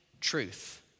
truth